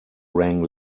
rang